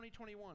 2021